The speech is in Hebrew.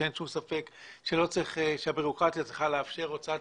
שאין שום ספק שהבירוקרטיה צריכה לאפשר אותם